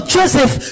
Joseph